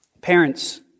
Parents